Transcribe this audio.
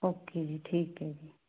okay ਜੀ ਠੀਕ ਹੈ ਜੀ